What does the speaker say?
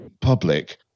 public